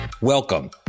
Welcome